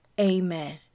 Amen